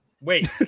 Wait